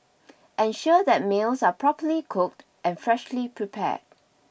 ensure that meals are properly cooked and freshly prepared